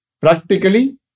Practically